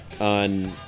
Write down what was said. on